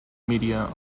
media